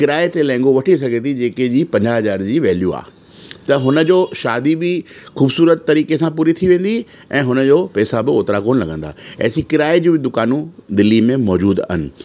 किराए ते लहेंगो वठी सघे थी जंहिं कंहिंजी पंजाह हज़ार जी वेल्यू आहे त हुनजो शादी बि ख़ूबसूरत तरीक़े सां पूरी थी वेंदी ऐं हुनजो पैसा बि ओतिरा कोन लॻंदा असीं किराए जी बि दुकानूं दिल्लीअ में मौज़ूदु आहिनि